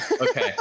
Okay